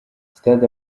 stade